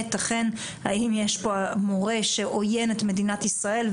אכן האם יש פה מורה שעויין את מדינת ישראל,